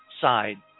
side